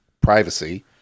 privacy